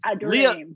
Leah